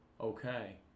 Okay